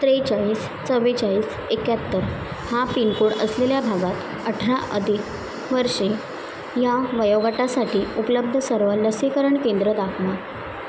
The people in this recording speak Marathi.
त्रेचाळीस चव्वेचाळीस एकाहत्तर हा पिन कोड असलेल्या भागात अठरा अधिक वर्षे या वयोगटासाठी उपलब्ध सर्व लसीकरण केंद्र दाखवा